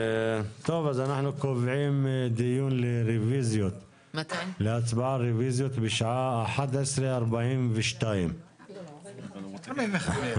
אז אנחנו קובעים דיון להצבעה על רוויזיות בשעה 11:42. 45,